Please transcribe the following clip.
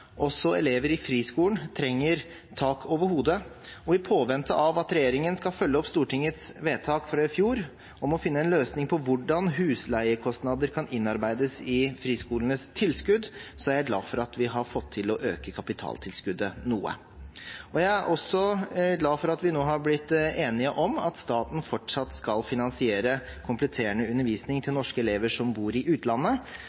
regjeringen skal følge opp Stortingets vedtak fra i fjor om å finne en løsning på hvordan husleiekostnader kan innarbeides i friskolenes tilskudd, er jeg glad for at vi har fått til å øke kapitaltilskuddet noe. Jeg er også glad for at vi nå har blitt enige om at staten fortsatt skal finansiere kompletterende undervisning til